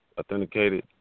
authenticated